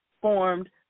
formed